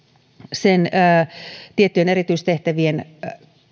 sen tiettyjen erityistehtävien